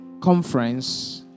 conference